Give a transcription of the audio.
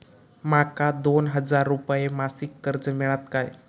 माका दोन हजार रुपये मासिक कर्ज मिळात काय?